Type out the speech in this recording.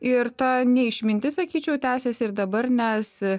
ir ta ne išmintis sakyčiau tęsiasi ir dabar nes